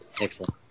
Excellent